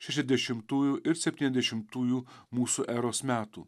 šešiasdešimtųjų ir septyniasdešimtųjų mūsų eros metų